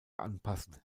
anpassen